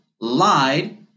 lied